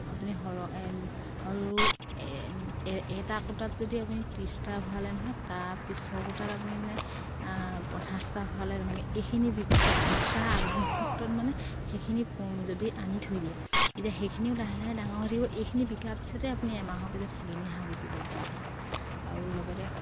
আপুনি সৰহ আৰু এটা কোটাত যদি আপুনি ত্ৰিছটা ভৰালে নহয় তাৰ পিছৰ কোটাত আপুনি মানে পঞ্চাছটা ভৰালে তেনেকে এইখিনি বিকি বিকাৰ আগমহূৰ্তত মানে সেইখিনি যদি আনি থৈ দিয়ে তেতিয়া সেইখিনিও লাহে লাহে ডাঙৰ হৈ থাকিব এইখিনি বিকাৰ পিছতে আপুনি এমাহৰ পিছত সেইখিনি হাঁহ বিকিব পৰা হ'ব আৰু লগতে